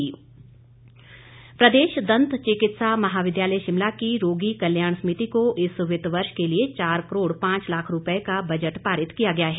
रोगी कल्याण प्रदेश दंत चिकित्सा महाविद्यालय शिमला की रोगी कल्याण समिति को इस वित्त वर्ष के लिए चार करोड़ पांच लाख रूपए का बजट पारित किया गया है